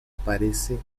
aparece